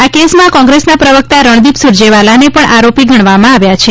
આ કેસમાં કોંગ્રેસના પ્રવક્તા રણદીપ સુરજેવાલાને પણ આરોપી ગણવામાં આવ્યા છે